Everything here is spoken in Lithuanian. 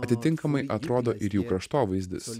atitinkamai atrodo ir jų kraštovaizdis